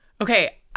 Okay